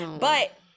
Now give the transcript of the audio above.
but-